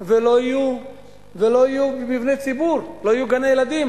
ולא יהיו מבני ציבור לא יהיו גני-ילדים,